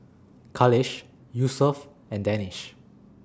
Khalish Yusuf and Danish